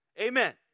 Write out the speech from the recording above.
Amen